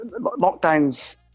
lockdown's